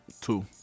Two